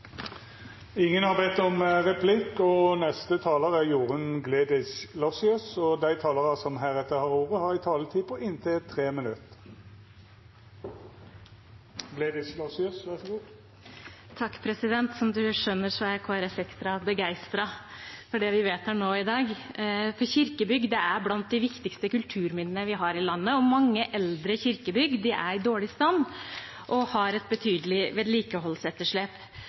Ingen har bedt om replikk. Dei talarane som heretter får ordet, har òg ei taletid på inntil 3 minutt. Som presidenten skjønner, er Kristelig Folkeparti ekstra begeistret for det vi vedtar nå i dag. Kirkebygg er blant de viktigste kulturminnene vi har i landet, og mange eldre kirkebygg er i dårlig stand og har et betydelig vedlikeholdsetterslep.